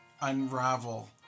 unravel